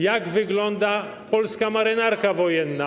Jak wygląda polska Marynarka Wojenna?